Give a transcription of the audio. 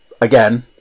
again